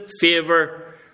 favor